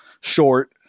short